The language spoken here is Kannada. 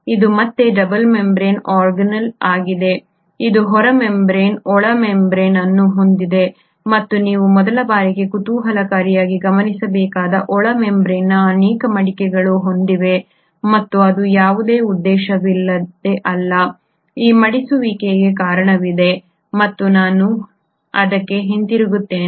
ಇದು ಮತ್ತೆ ಡಬಲ್ ಮೆಂಬರೇನ್ ಆರ್ಗನೆಲ್ ಆಗಿದೆ ಇದು ಹೊರ ಮೆಂಬರೇನ್ ಒಳ ಮೆಂಬರೇನ್ ಅನ್ನು ಹೊಂದಿದೆ ಮತ್ತು ನೀವು ಮೊದಲ ಬಾರಿಗೆ ಕುತೂಹಲಕಾರಿಯಾಗಿ ಗಮನಿಸುವುದು ಒಳ ಮೆಂಬರೇನ್ದ ಅನೇಕ ಮಡಿಕೆಗಳನ್ನು ಹೊಂದಿದೆ ಮತ್ತು ಅದು ಯಾವುದೇ ಉದ್ದೇಶವಿಲ್ಲದೆ ಅಲ್ಲ ಈ ಮಡಿಸುವಿಕೆಗೆ ಕಾರಣವಿದೆ ಮತ್ತು ನಾನು ಅದಕ್ಕೆ ಹಿಂತಿರುಗುತ್ತೇನೆ